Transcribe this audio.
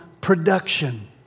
production